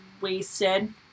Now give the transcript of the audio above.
wasted